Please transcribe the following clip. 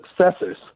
successors